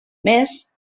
més